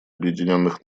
объединенных